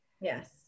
Yes